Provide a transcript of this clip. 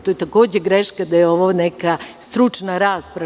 To je takođe greška da je ovo neka stručna rasprava.